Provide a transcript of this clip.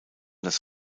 das